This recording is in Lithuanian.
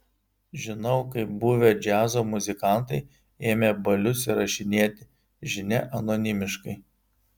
žinau kaip buvę džiazo muzikantai ėmė balius įrašinėti žinia anonimiškai